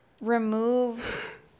remove